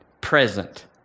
present